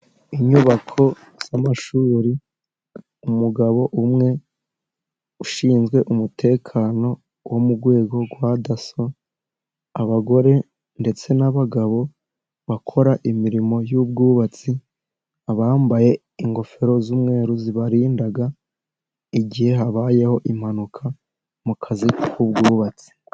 Inyubako z'amashuri, umugabo umwe ushinzwe umutekano wo mu rwego rwa Daso, abagore ndetse n'abagabo bakora imirimo y'ubwubatsi, abambaye ingofero z'umweru zibarinda igihe habayeho impanuka mu kazi k'ubwubatsi.